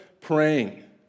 praying